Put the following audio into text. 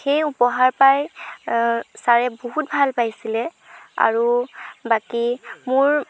সেই উপহাৰ পাই ছাৰে বহুত ভাল পাইছিলে আৰু বাকী মোৰ